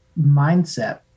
mindset